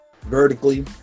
vertically